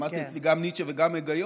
למדת אצלי גם ניטשה וגם היגיון.